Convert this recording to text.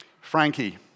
Frankie